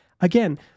Again